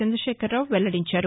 చందశేఖరరావు వెల్లడించారు